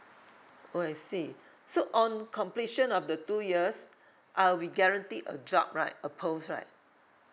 oh I see so on completion of the two years I will be guaranteed a job right a post right